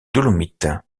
dolomites